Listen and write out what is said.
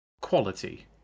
Quality